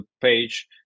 page